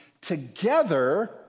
together